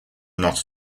not